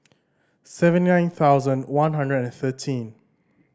seven nine thousand one hundred and thirteen